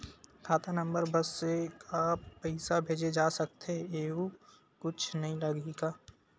खाता नंबर बस से का पईसा भेजे जा सकथे एयू कुछ नई लगही का?